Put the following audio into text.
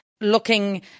looking